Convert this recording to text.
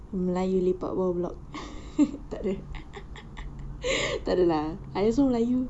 melayu lepak bawah blok tak ada lah I also melayu